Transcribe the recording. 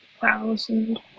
thousand